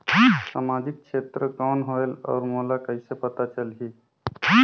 समाजिक क्षेत्र कौन होएल? और मोला कइसे पता चलही?